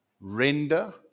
render